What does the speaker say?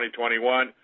2021